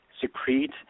secrete